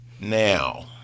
Now